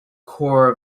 core